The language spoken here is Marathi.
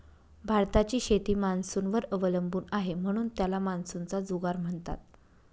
भारताची शेती मान्सूनवर अवलंबून आहे, म्हणून त्याला मान्सूनचा जुगार म्हणतात